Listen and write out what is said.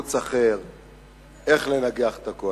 תירוץ אחר איך לנגח את הקואליציה,